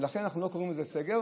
לכן אנחנו לא קוראים לזה סגר.